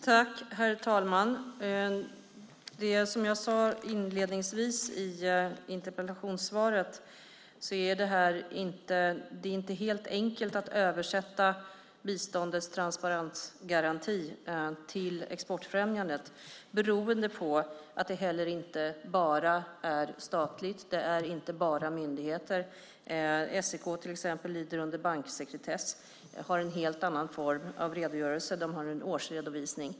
Herr talman! Som jag sade inledningsvis i interpellationssvaret är det inte helt enkelt att översätta biståndets transparensgaranti till exportfrämjandet beroende på att det inte heller bara är statligt, inte bara myndigheter. SEK till exempel lyder under banksekretess och har en helt annan form av redogörelse; de har en årsredovisning.